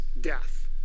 death